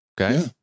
Okay